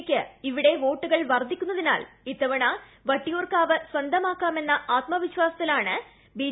യ്ക്ക് ഇവിടെ വോട്ടുകൾ വർദ്ധിക്കുന്നതിനാൽ ഇത്തവണ വട്ടിയൂർക്കാവ് സ്വന്തമാക്കാമെന്ന വിശ്വാസത്തിലാണ് ബി